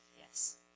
Yes